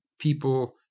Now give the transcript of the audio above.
people